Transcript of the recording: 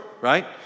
right